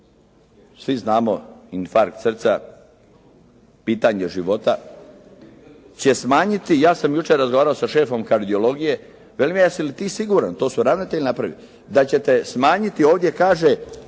svi znamo infarkt srca pitanje života, će smanjiti, ja sam jučer razgovarao sa šefom kardiologije. Velim ja: Jesi li ti siguran, to su ravnatelji napravili, da ćete smanjiti? Ovdje kaže: